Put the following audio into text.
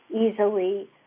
easily